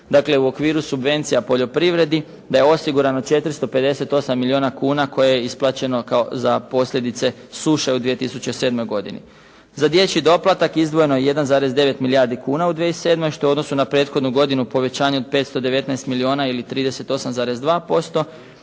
dakle u okviru subvencija poljoprivredi da je osigurano 458 milijuna kuna koje je isplaćeno kao, za posljedice suše u 2007. godini. Za dječji doplatak izdvojeno je 1,9 milijardi kuna u 2007. što je u odnosu na prethodnu godinu povećanje od 519 milijuna ili 38,2%.